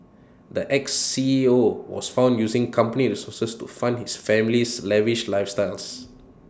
the Ex C E O was found using company resources to fund his family's lavish lifestyles